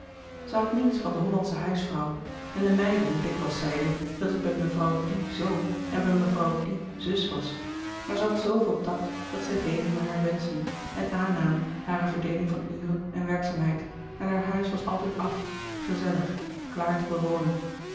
had niets van de hollandsche huisvrouw en de meiden dikwijls zeiden dat het bij mevrouw die zoo en bij mevrouw die zus was maar zij had zooveel tact dat zij deden naar haar wenschen en aannamen hare verdeeling van uren en werkzaamheid en haar huis was altijd af gezellig klaar te bewonen